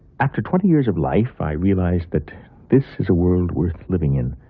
after twenty years of life, i realised that this is a world worth living in.